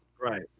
Right